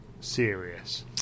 serious